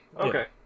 Okay